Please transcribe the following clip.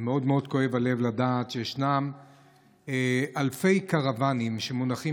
מאוד מאוד כואב הלב לדעת שישנם אלפי קרוונים שמונחים